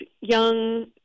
young